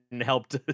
helped